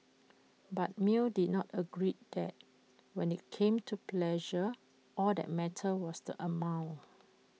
but mill did not agree that when IT came to pleasure all that mattered was the amount